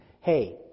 Hey